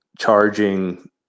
charging